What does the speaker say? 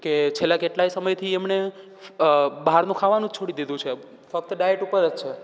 કે છેલ્લા કેટલાય સમયથી એમણે બહારનું ખાવાનું જ છોડી દીધું છે ફક્ત ડાયટ ઉપર જ છે